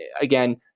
again